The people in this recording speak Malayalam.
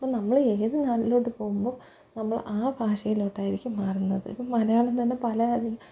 അപ്പം നമ്മൾ ഏത് നാട്ടിലോട്ട് പോവുമ്പോൾ നമ്മൾ ആ ഭാഷയിലോട്ടായിരിക്കും മാറുന്നത് ഇപ്പോൾ മലയാളം തന്നെ പല രീ